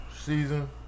season